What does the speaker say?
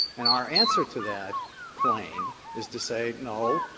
and our answer to that claim is to say no,